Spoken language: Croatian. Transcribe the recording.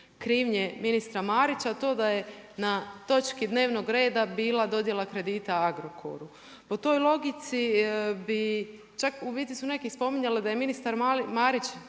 krivnje ministra Marića to da je na točki dnevnog reda bila dodijala kredita Agrokoru. Po toj logici bi čak u biti su neki spominjali, da je ministar Marić